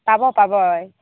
পাব পাব